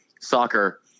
soccer